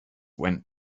went